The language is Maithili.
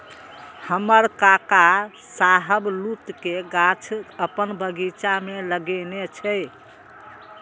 हमर काका शाहबलूत के गाछ अपन बगीचा मे लगेने छै